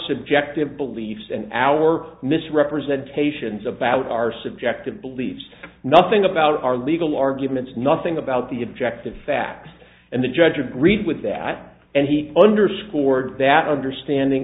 subjective beliefs and our misrepresentations about our subjective beliefs nothing about our legal arguments nothing about the objective facts and the judge agreed with that and he underscored that understanding